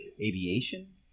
aviation